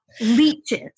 leeches